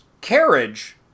carriage